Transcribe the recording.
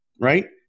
Right